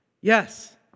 Yes